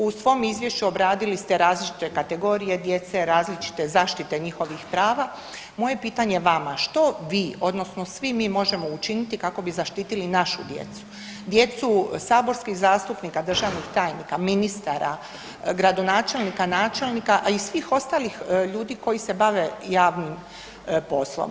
U svom izvješću obradili ste različite kategorije djece, različite zaštite njihovih prava, moje pitanje vama, što vi odnosno svi mi možemo učiniti kako bi zaštitili našu djecu, djecu saborskih zastupnika, državnih tajnika, ministara, gradonačelnika, načelnika, a i svih ostalih ljudi koji se bave javnim poslom?